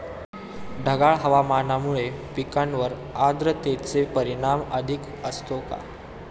ढगाळ हवामानामुळे पिकांवर आर्द्रतेचे परिणाम अधिक असतो का?